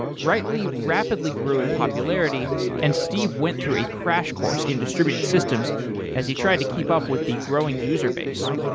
writely rapidly grew in popularity and steve went through a crash course in distributed systems as he tried to keep up with the growing user base.